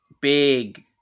big